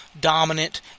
dominant